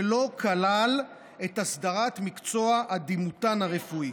ולא כלל את הסדרת מקצוע הדימותן הרפואי.